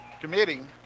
committing